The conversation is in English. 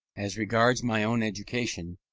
as regards my own education,